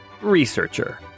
researcher